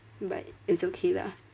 but it's okay lah